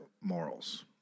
morals